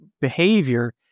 behavior